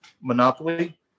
Monopoly